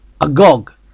Agog